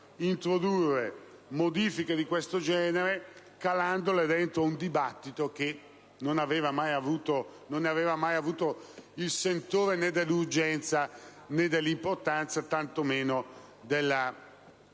introdurre modifiche di questo genere calandole all'interno di un dibattito che non aveva mai avuto il sentore né dell'urgenza né dell'importanza, tanto meno della pertinenza